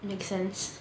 make sense